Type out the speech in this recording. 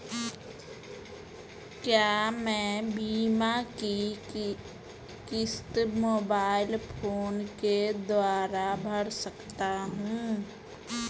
क्या मैं बीमा की किश्त मोबाइल फोन के द्वारा भर सकता हूं?